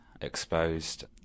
exposed